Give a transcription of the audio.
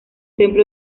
templo